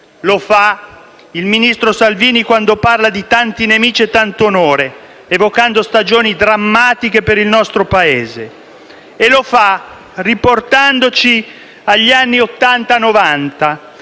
Lo fa il ministro Salvini quando parla di tanti nemici, tanto onore, evocando stagioni drammatiche per il nostro Paese, e lo fa riportandoci agli anni Ottanta e Novanta